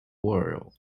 world